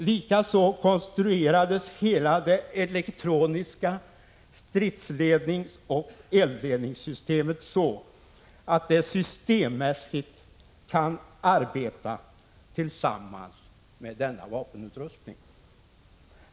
Likaså konstruerades hela det elektroniska stridsledningsoch eldledningssystemet så, att det systemmässigt kan arbeta tillsammans med denna vapenutrustning.